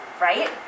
right